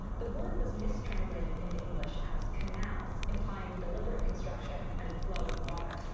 the word was mistranslated into english as canals, implying deliberate construction and flowing water.